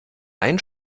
ein